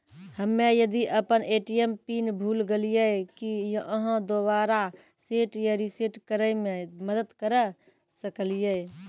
हम्मे यदि अपन ए.टी.एम पिन भूल गलियै, की आहाँ दोबारा सेट या रिसेट करैमे मदद करऽ सकलियै?